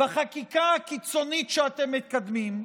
בחקיקה הקיצונית שאתם מקדמים,